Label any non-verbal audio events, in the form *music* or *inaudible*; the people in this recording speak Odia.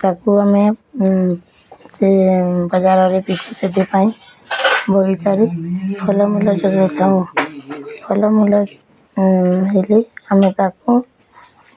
ତାକୁ ଆମେ ସେ ବଜାରରେ ବିକୁ ସେଥିପାଇଁ ବଗିଚାରେ ଫଲମୂଲ ଜଗାଇଥାଉ *unintelligible* ଫଲମୂଲ ହେଲେ ଆମେ ତାକୁ